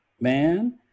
Man